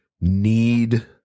need